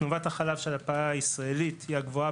תנובת החלב של הפרה הישראלית היא הגבוהה